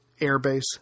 airbase